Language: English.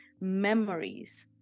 memories